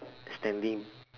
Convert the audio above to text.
standing